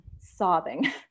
sobbing